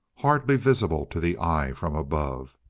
hardly visible to the eye from above.